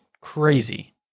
crazy